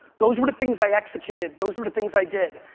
those were the things i executed, those were the things i did.